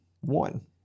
one